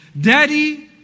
Daddy